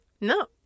no